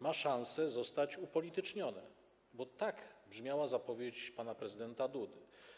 ma szansę zostać upolitycznione, bo tak brzmiała zapowiedź pana prezydenta Dudy.